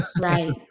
right